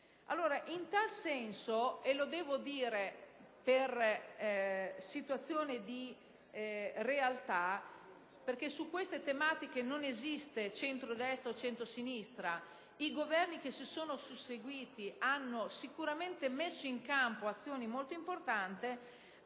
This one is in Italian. In tal senso - e devo dirlo per una attestazione di realtà, perché su queste tematiche non esiste centrodestra o centrosinistra - i Governi che si sono susseguiti hanno sicuramente messo in campo azioni molto importanti,